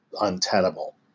untenable